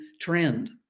trend